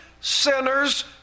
sinners